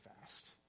fast